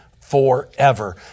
forever